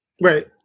Right